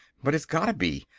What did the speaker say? but it's gotta be!